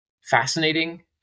fascinating